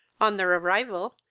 on their arrival,